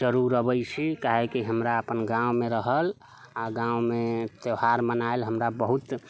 जरूर अबैत छी काहेकि हमरा अपन गाँवमे रहल आ गाँवमे त्यौहार मनायल हमरा बहुत